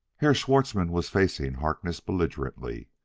herr schwartzmann was facing harkness belligerently.